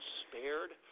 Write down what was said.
spared